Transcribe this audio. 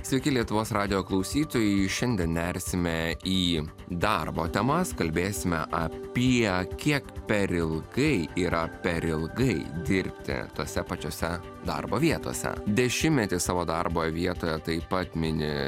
sveiki lietuvos radijo klausytojai šiandien nersime į darbo temas kalbėsime apie kiek per ilgai yra per ilgai dirbti tose pačiose darbo vietose dešimtmetį savo darbo vietoje taip pat mini